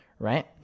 Right